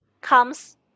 comes